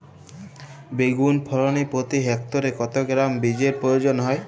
বেগুন ফলনে প্রতি হেক্টরে কত গ্রাম বীজের প্রয়োজন হয়?